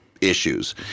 issues